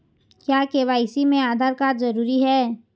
क्या के.वाई.सी में आधार कार्ड जरूरी है?